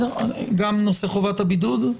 גם נושא חובת הבידוד?